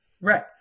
Right